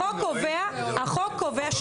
החוק קובע, זה הדבר האחרון.